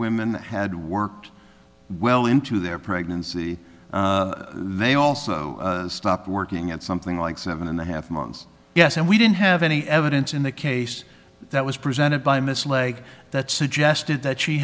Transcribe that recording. women had worked well well into their pregnancy they also stopped working at something like seven and a half months yes and we didn't have any evidence in the case that was presented by miss leg that suggested that she